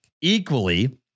Equally